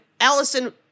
Allison